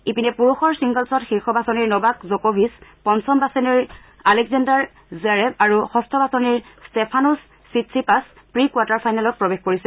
ইপিনে পূৰুষ ছিংগলছত শীৰ্ষ বাচনিৰ নবাক জকভিছ পঞ্চম বাচনিৰ আলেক জেশুাৰ জেৰেব আৰু ষ্ঠ বাচনিৰ টেফানোচ চিটচিপাছে প্ৰী কোৱাৰ্টাৰ ফাইনেলত প্ৰৱেশ কৰিছে